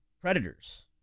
Predators